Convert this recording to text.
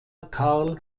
carl